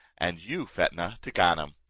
and you, fetnah, to ganem.